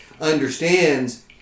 understands